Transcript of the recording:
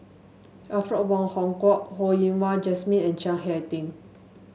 Alfred Wong Hong Kwok Ho Yen Wah Jesmine and Chiang Hai Ding